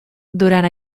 durant